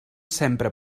sempre